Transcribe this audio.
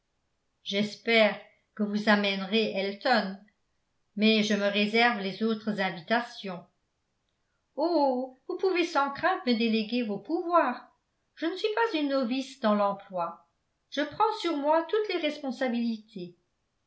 j'espère que vous amènerez elton mais je me réserve les autres invitations oh vous pouvez sans crainte me déléguer vos pouvoirs je ne suis pas une novice dans l'emploi je prends sur moi toutes les responsabilités